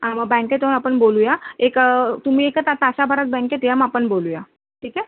आं मग बँकेत येऊन आपण बोलू या एक तुम्ही एका ता तासाभरात बँकेत या मग आपण बोलू या ठीक आहे